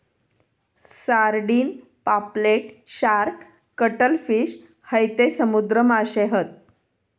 sardine, पापलेट, shark, cuttlefish हयते समुद्री माशे हत